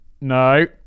No